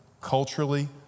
culturally